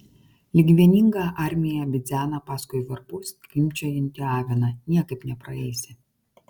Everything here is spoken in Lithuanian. lyg vieninga armija bidzena paskui varpu skimbčiojantį aviną niekaip nepraeisi